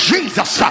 Jesus